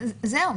זהו,